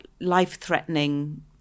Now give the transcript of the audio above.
life-threatening